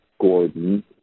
Gordon